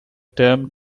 term